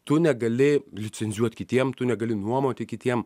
tu negali licencijuot kitiem tu negali nuomoti kitiem